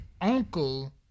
uncle